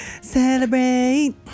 Celebrate